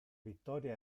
vittoria